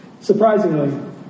surprisingly